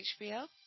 hbo